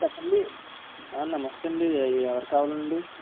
చెప్పండి నమస్తే అండి ఎవరు కావాలండి